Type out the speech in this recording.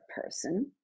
person